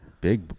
big